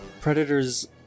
Predator's